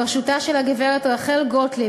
בראשותה של הגברת רחל גוטליב,